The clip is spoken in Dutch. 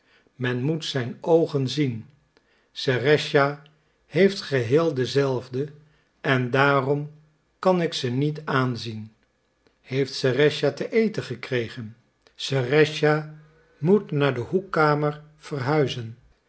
men moet zijn oogen zien serëscha heeft geheel dezelfde en daarom kan ik ze niet aanzien heeft serëscha te eten gekregen serëscha moet naar de hoekkamer verhuizen